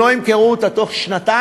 אם לא ימכרו אותה בתוך שנתיים,